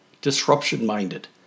Disruption-minded